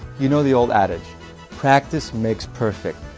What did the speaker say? you know the old adage practice makes perfect.